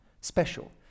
special